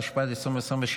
התשפ"ד 2023,